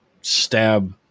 stab